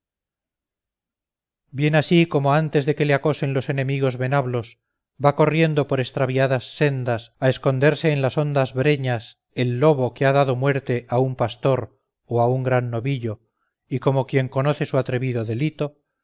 bien así como antes de que le acosen los enemigos venablos va corriendo por extraviadas sendas a esconderse en las hondas breñas el lobo que ha dado muerte a un pastor o un gran novillo y como quien conoce su atrevido delito